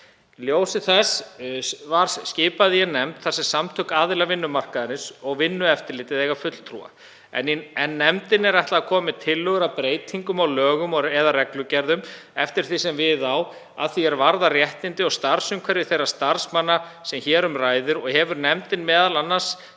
ljósi þessa skipaði ég nefnd þar sem samtök aðila vinnumarkaðarins og Vinnueftirlitið eiga fulltrúa. Nefndinni er ætlað að koma með tillögur að breytingum á lögum eða reglugerðum, eftir því sem við á, að því er varðar réttindi og starfsumhverfi þeirra starfsmanna sem hér um ræðir. Hefur nefndin m.a. staðið